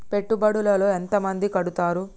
పెట్టుబడుల లో ఎంత మంది కడుతరు?